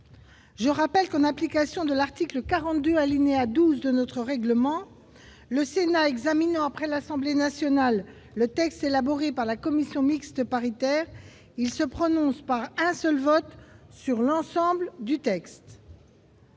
Je rappelle que, en application de l'article 42, alinéa 12, du règlement, lorsqu'il examine après l'Assemblée nationale le texte élaboré par la commission mixte paritaire, le Sénat se prononce par un seul vote sur l'ensemble du texte.